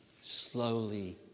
slowly